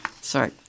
Sorry